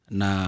na